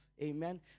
Amen